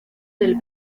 del